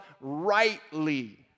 rightly